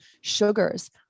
sugars